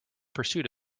pursuit